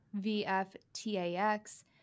VFTAX